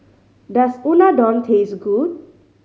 does Unadon taste good